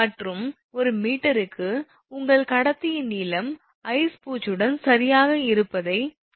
மற்றும் ஒரு மீட்டருக்கு உங்கள் கடத்தியின் நீளம் ஐஸ் பூச்சுடன் சரியாக இருப்பதைக் குறிக்கிறது